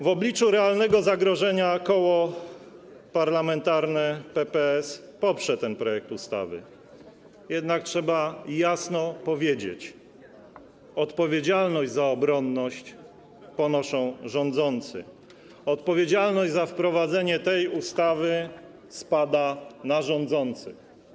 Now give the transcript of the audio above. W obliczu realnego zagrożenia Koło Parlamentarne PPS poprze ten projekt ustawy, jednak trzeba jasno powiedzieć: odpowiedzialność za obronność ponoszą rządzący, odpowiedzialność za wprowadzenie tej ustawy spada na rządzących.